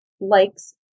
likes